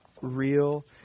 real